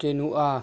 quinoa